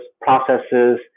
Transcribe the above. processes